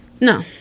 No